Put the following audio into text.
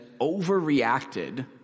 overreacted